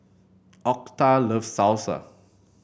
Octa loves Salsa